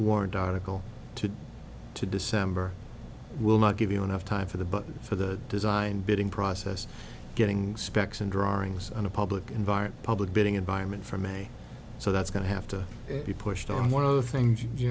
warrant article to to descend will not give you enough time for the but for the design bidding process getting specs and drawings on a public environment public bidding environment for me so that's going to have to be pushed on one of the things you